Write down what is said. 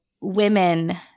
women